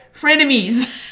frenemies